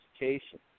education